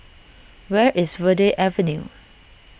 where is Verde Avenue